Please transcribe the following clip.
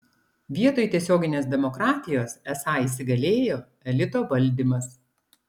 vietoj tiesioginės demokratijos esą įsigalėjo elito valdymas